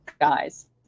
guys